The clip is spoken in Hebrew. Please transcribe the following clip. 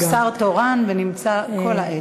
הוא שר תורן ונמצא כל העת.